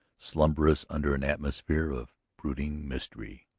slumbrous under an atmosphere of brooding mystery.